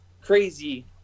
crazy